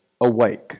awake